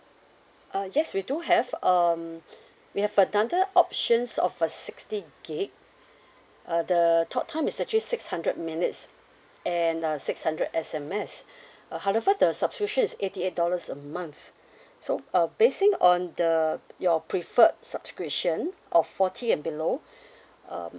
uh yes we do have um we have another options of a sixty gig uh the talk time is actually six hundred minutes and uh six hundred S_M_S uh however the subscription is eighty eight dollars a month so uh basing on the your preferred subscription of forty and below um